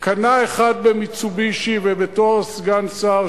קנה אחד ב"מיצובישי" ובתואר סגן שר,